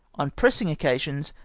on pressing occasions,